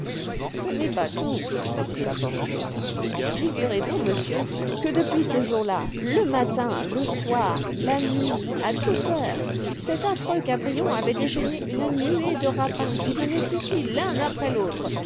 ce n'est pas tout reprit la portière figurez-vous monsieur que depuis ce jour-là le matin le soir la nuit à toute heure cet affreux cabrion avait déchaîné une nuée de rapins qui venaient ici l'un après l'autre